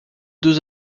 deux